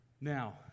Now